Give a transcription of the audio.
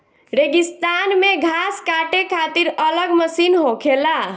रेगिस्तान मे घास काटे खातिर अलग मशीन होखेला